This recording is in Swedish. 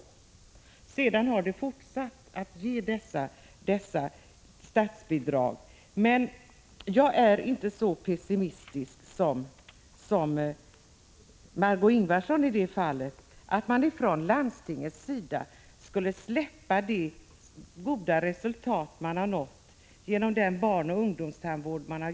Därefter har man fortsatt att ge dessa statsbidrag. Jag är inte lika pessimistisk som Margö Ingvardsson, som tror att landstingen skulle överge den goda barnoch ungdomstandvård som de gett.